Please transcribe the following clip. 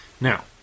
Now